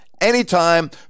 anytime